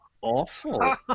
awful